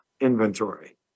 Inventory